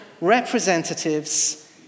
representatives